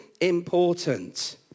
important